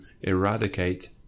eradicate